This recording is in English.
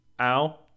Ow